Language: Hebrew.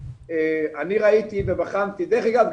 אני ראיתי ובחנתי דרך אגב,